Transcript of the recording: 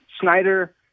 Snyder